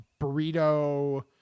burrito